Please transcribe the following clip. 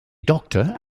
doctor